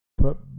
put